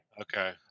Okay